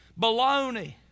Baloney